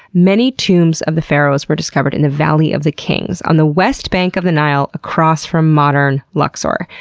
many tombs of the pharaohs were discovered in the valley of the kings, on the west bank of the nile across from modern luxor.